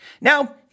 Now